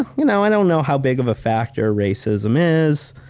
you know i don't know how big of a factor racism is,